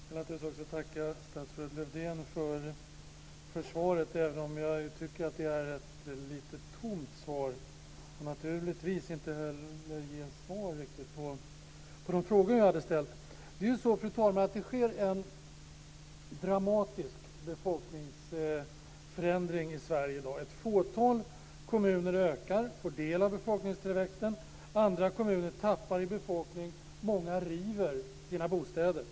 Fru talman! Jag tackar statsrådet Lövdén för svaret, även om jag tycker att det var lite tomt. Det innehöll inte riktigt svar på de frågor som jag hade ställt. Det sker en dramatisk befolkningsförändring i Sverige i dag. I ett fåtal kommuner ökar folkmängden, de får del av befolkningstillväxten, medan andra kommuner tappar i befolkning. I många kommuner river man bostadshus.